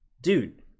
dude